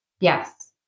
Yes